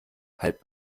halb